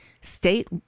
State